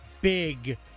big